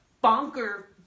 bonker